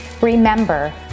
Remember